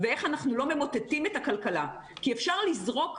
או שאנחנו סוגרים את הכול לשלושה שבועות,